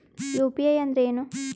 UPI ಅಂದ್ರೆ ಏನು?